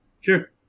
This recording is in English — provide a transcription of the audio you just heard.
Sure